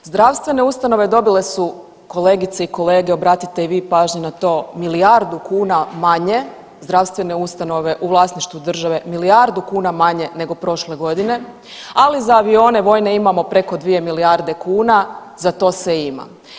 Zdravstvene ustanove dobile su kolegice i kolege obratite i vi pažnju na to, milijardu kuna manje zdravstvene ustanove u vlasništvu države, milijardu kuna manje nego prošle godine, ali za avione vojne imamo preko 2 milijarde kuna, za to se ima.